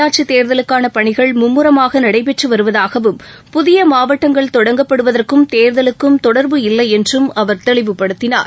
உள்ளாட்சிதேர்தலுக்கானபணிகள் மும்முரமாகநடைபெற்றுவருவதாகவும் புதியமாவட்டங்கள் தொடங்கப்படுவதற்கும் தேர்தலுக்கும் தொடர்பு இல்லைஎன்றும் அவர் தெளிவுபடுத்தினார்